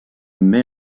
mai